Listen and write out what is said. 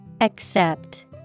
Accept